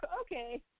okay